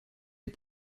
est